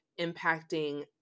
impacting